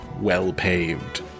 well-paved